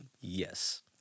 yes